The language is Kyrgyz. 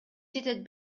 жетет